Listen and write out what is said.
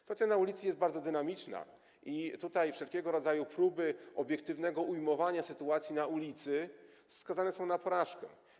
Sytuacja na ulicy jest bardzo dynamiczna i tutaj wszelkiego rodzaju próby obiektywnego ujmowania tej sytuacji skazane są na porażkę.